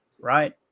right